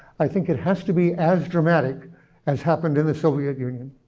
i think it has to be as dramatic as happened in the soviet union.